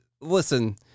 listen